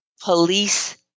police